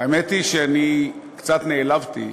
האמת היא שאני קצת נעלבתי,